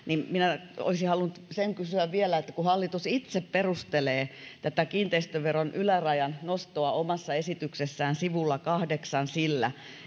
niin olisin halunnut kysyä vielä hallitus itse perustelee tätä kiinteistöveron ylärajan nostoa omassa esityksessään sivulla kahdeksalla sillä